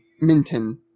Minton